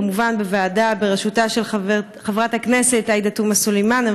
כמובן בוועדה בראשותה של חברת הכנסת עאידה תומא סלימאן,